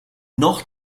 noch